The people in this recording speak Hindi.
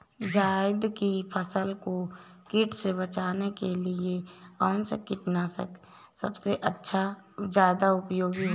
जायद की फसल को कीट से बचाने के लिए कौन से कीटनाशक सबसे ज्यादा उपयोगी होती है?